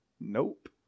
nope